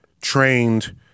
trained